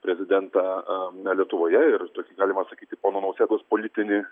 prezidentą na lietuvoje ir tokį galima sakyti pono nausėdos politinį